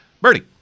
Birdie